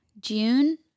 June